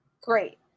Great